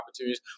opportunities